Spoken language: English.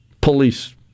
police